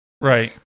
right